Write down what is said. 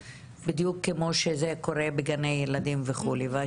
פתאום עלה לי לראש כאשר את דיברת על